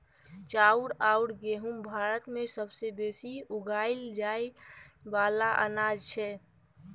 चाउर अउर गहुँम भारत मे सबसे बेसी उगाएल जाए वाला अनाज छै